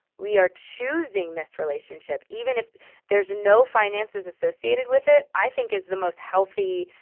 we are choosing this relationship even if there's no finances associated with it. i think is the most healthy,